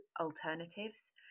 alternatives